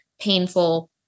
painful